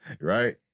Right